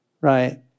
right